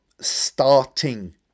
starting